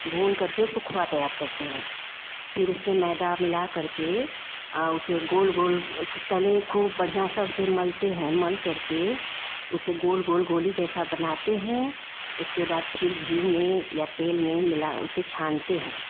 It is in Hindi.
भून करके उसको खोया तैयार करते हैं फिर उसमें मैदा मिला करके उसे गोल गोल उस पहले खूब बढ़िया सा उसे मलते हैं मल करके उसे गोल गोल गोली जैसा बनाते हैं उसके बाद फिर घी में या तेल में मिला उसे छानते हैं